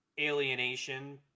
alienation